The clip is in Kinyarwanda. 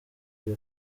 iyo